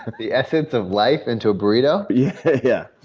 the essence of life into a burrito? yeah yeah